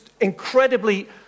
incredibly